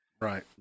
Right